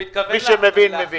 מי שמבין, יבין.